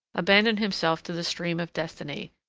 abandoned himself to the stream of destiny.